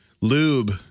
lube